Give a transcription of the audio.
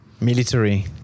military